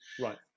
Right